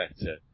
better